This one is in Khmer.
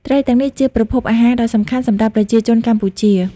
ត្រីទាំងនេះជាប្រភពអាហារដ៏សំខាន់សម្រាប់ប្រជាជនកម្ពុជា។